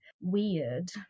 weird